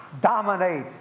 dominate